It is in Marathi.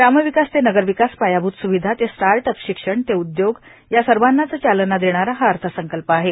ग्रामविकास ते नगरविकास पायाभूत स्विधा ते स्टार्टअप्स शिक्षण ते उद्योग या सर्वांनाच चालना देणारा हा अर्थसंकल्प आहे